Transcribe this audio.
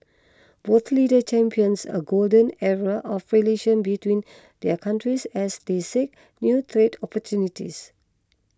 both leaders champions a golden era of relations between their countries as they seek new trade opportunities